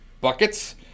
buckets